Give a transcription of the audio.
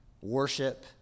worship